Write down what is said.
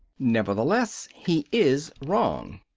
nevertheless he is wrong.